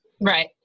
Right